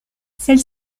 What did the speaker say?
celle